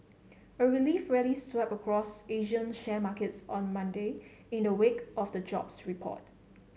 a relief rally swept across Asian share markets on Monday in the wake of the jobs report